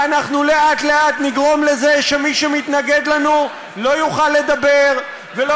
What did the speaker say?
ואנחנו לאט-לאט נגרום לזה שמי שמתנגד לנו לא יוכל לדבר ולא